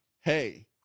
hey